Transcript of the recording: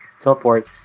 teleport